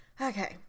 Okay